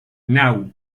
naŭ